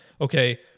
okay